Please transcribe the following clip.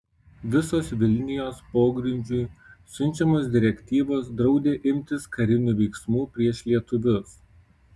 visos vilnijos pogrindžiui siunčiamos direktyvos draudė imtis karinių veiksmų prieš lietuvius